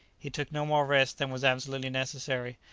he took no more rest than was absolutely necessary,